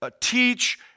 teach